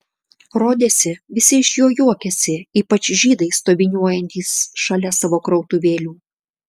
rodėsi visi iš jo juokiasi ypač žydai stoviniuojantys šalia savo krautuvėlių